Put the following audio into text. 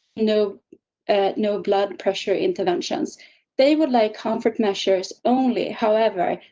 no no blood pressure interventions they would like, conflict measures only however,